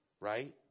right